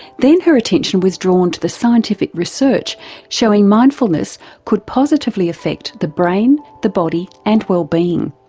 then her attention was drawn to the scientific research showing mindfulness could positively affect the brain, the body, and wellbeing.